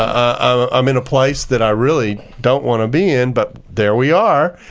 ah ah i'm in a place that i really don't want to be in, but there we are.